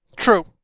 true